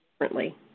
differently